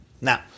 Now